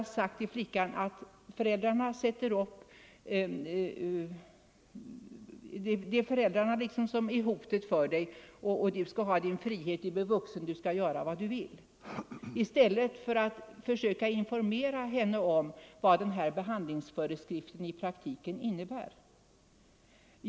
dast sagt till flickan att det är föräldrarna som utgör hotet för henne. Du skall ha din frihet, du är vuxen och du skall göra vad du vill, i stället för att försöka informera henne om vad behandlingsföreskriften i praktiken innebär.